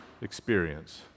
experience